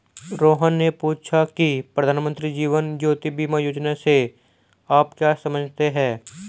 रोहन ने पूछा की प्रधानमंत्री जीवन ज्योति बीमा योजना से आप क्या समझते हैं?